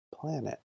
Planet